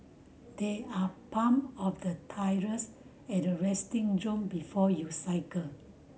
there are pump of the tyres at the resting zone before you cycle